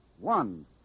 One